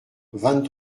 vingt